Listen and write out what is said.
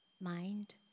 mind